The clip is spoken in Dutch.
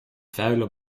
vuile